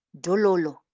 Dololo